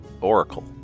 oracle